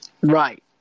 Right